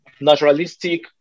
naturalistic